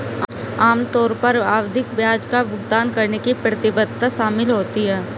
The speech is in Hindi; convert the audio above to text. आम तौर पर आवधिक ब्याज का भुगतान करने की प्रतिबद्धता शामिल होती है